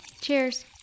Cheers